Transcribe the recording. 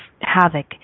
havoc